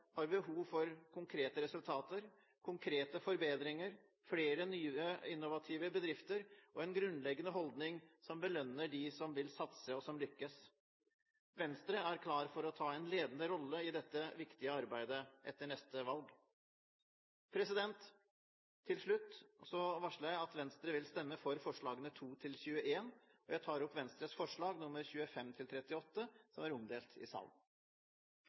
vi behov for konkrete resultater, konkrete forbedringer, flere nye innovative bedrifter og en grunnleggende holdning som belønner dem som vil satse og som lykkes. Venstre er klar for å ta en ledende rolle i dette viktige arbeidet etter neste valg. Til slutt varsler jeg at Venstre vil stemme for forslagene nr. 2–21. Jeg tar opp Venstres forslag nr. 25–38, som er omdelt i salen.